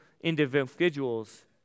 individuals